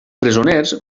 presoners